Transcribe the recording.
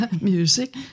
music